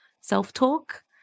self-talk